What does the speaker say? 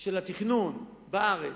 של התכנון בארץ,